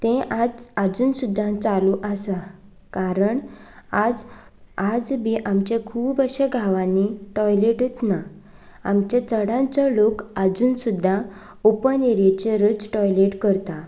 तें आज आजून सुद्दा चालू आसा कारण आज आज बी आमचे खूब अशे गांवानी टॉयलेटच ना आमचे चडान चड लोक आजून सुद्दा ओपन एरयेचेरच टॉयलेट करता